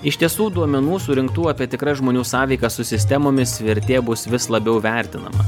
iš tiesų duomenų surinktų apie tikras žmonių sąveikas su sistemomis vertė bus vis labiau vertinama